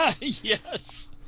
Yes